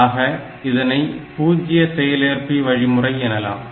ஆக இதனை பூஜ்ஜிய செயல்ஏற்பி வழிமுறை எனலாம்